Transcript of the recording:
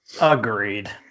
Agreed